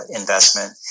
investment